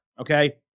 Okay